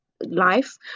Life